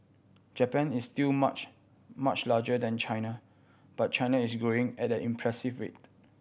Japan is still much much larger than China but China is growing at an impressive rate